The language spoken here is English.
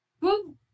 Woo